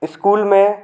school में